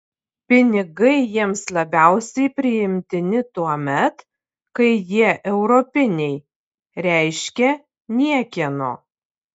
pinigai jiems labiausiai priimtini tuomet kai jie europiniai reiškia niekieno